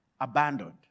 abandoned